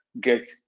get